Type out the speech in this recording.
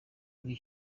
buri